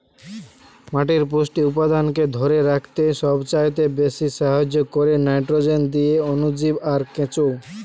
মাটির পুষ্টি উপাদানকে ধোরে রাখতে সবচাইতে বেশী সাহায্য কোরে নাইট্রোজেন দিয়ে অণুজীব আর কেঁচো